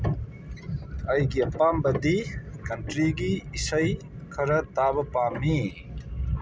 ꯑꯩꯒꯤ ꯑꯄꯥꯝꯕꯗꯤ ꯀꯟꯇ꯭ꯔꯤꯒꯤ ꯏꯁꯩ ꯈꯔ ꯇꯥꯕ ꯄꯥꯝꯃꯤ